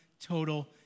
total